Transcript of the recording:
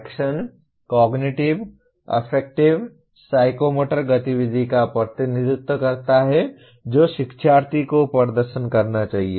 action cognitive affective psychomotor गतिविधि का प्रतिनिधित्व करता है जो शिक्षार्थी को प्रदर्शन करना चाहिए